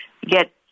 get